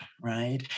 right